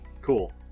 Cool